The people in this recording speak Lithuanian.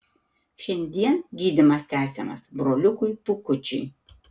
šiandien gydymas tęsiamas broliukui pūkučiui